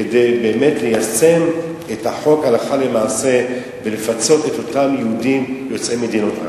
כדי ליישם את החוק הלכה למעשה ולפצות את אותם יהודים יוצאי מדינות ערב.